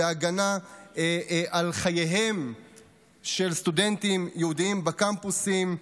בהגנה על חייהם של סטודנטים יהודים בקמפוסים.